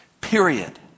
period